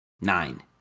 Nine